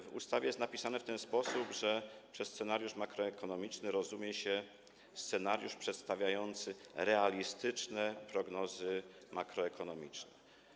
W ustawie jest napisane w ten sposób, że przez scenariusz makroekonomiczny rozumie się scenariusz przedstawiający realistyczne prognozy makroekonomiczne.